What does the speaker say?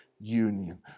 union